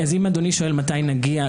אז אם אדוני שואל מתי נגיע,